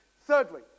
Thirdly